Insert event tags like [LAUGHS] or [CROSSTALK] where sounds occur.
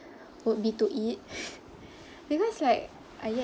would be to eat [LAUGHS] because like I get